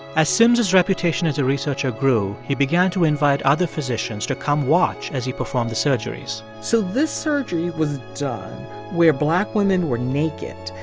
as sims's reputation as a researcher grew, he began to invite other physicians to come watch as he performed the surgeries so this surgery was done where black women were naked.